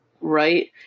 right